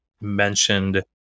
mentioned